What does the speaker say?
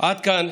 עד כאן,